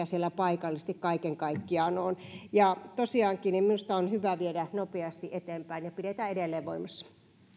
siellä paikallisesti kaiken kaikkiaan on ja tosiaankin minusta tämä on hyvä viedä nopeasti eteenpäin ja pitää edelleen voimassa